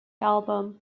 album